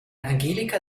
angelika